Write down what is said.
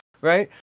right